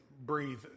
breathe